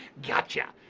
gotcha.